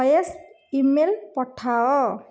voice email ପଠାଅ